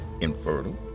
infertile